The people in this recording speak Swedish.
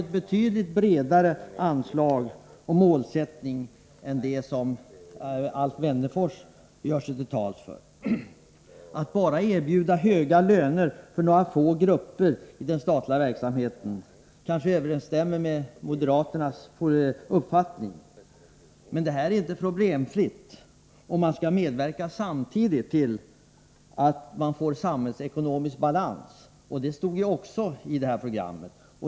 om ett betydligt bredare spektrum av åtgärder och målsättningarän dem som, Alf Wennerfors gör sig till tolk för. Att bara erbjuda höga löner för några få grupper i den statliga verksamheten överensstämmer kanske med. moderaternas uppfattning. Men detär inte problemfritt om man samtidigt skall medyerka till samhällsekonomisk balans, vilket det också talas om i programmet.